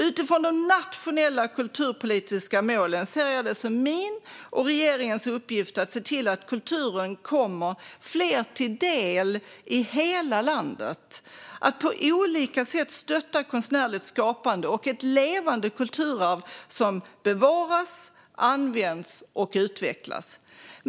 Utifrån de nationella kulturpolitiska målen ser jag det som min och regeringens uppgift att se till att kulturen kommer fler till del i hela landet och att på olika sätt stötta konstnärligt skapande och ett levande kulturarv som bevaras, används och utvecklas.